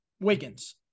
Wiggins